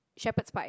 shepard's pie